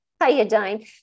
iodine